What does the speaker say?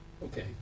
okay